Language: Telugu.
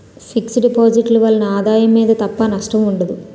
ఫిక్స్ డిపాజిట్ ల వలన ఆదాయం మీద తప్ప నష్టం ఉండదు